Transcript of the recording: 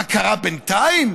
מה קרה בינתיים?